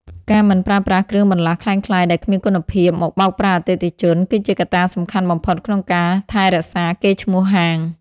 ការមិនប្រើប្រាស់គ្រឿងបន្លាស់ក្លែងក្លាយដែលគ្មានគុណភាពមកបោកប្រាស់អតិថិជន គឺជាកត្តាសំខាន់បំផុតក្នុងការថែរក្សាកេរ្តិ៍ឈ្មោះហាង។